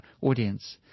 audience